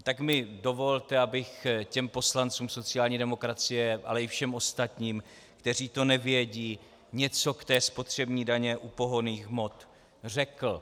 Tak mi dovolte, abych těm poslancům sociální demokracie, ale i všem ostatním, kteří to nevědí, něco ke spotřební dani u pohonných hmot řekl.